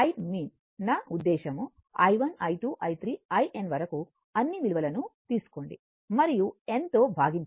నా ఉద్దేశ్యం i1 I2 i3 i n వరకు అన్ని విలువలను తీసుకోండి మరియు n తో భాగించండి